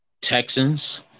Texans